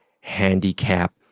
handicap